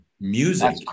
music